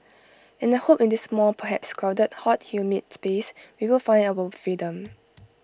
and I hope in this small perhaps crowded hot humid space we will find our own freedom